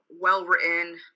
well-written